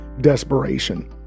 desperation